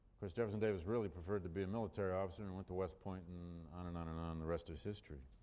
course jefferson davis really preferred to be a military officer and went to west point and on and on and on, and the rest is history.